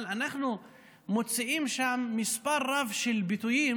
אבל אנחנו מוצאים שם מספר רב של ביטויים